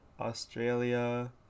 australia